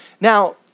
Now